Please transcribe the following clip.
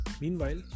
meanwhile